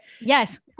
Yes